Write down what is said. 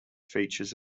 features